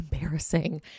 embarrassing